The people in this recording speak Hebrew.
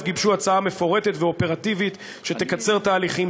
גיבשו הצעה מפורטת ואופרטיבית שתקצר תהליכים,